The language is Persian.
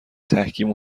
تحکیم